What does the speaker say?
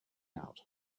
out